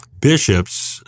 bishops